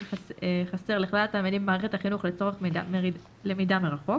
חסר לכלל התלמידים במערכת החינוך לצורך למידה מרחוק,